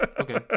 Okay